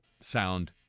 sound